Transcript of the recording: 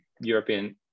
European